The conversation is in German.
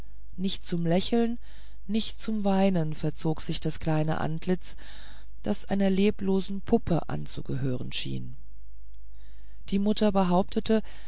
nicht zum lächeln nicht zum weinen verzog sich das kleine antlitz das einer leblosen puppe anzugehören schien die mutter behauptete